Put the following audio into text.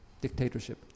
dictatorship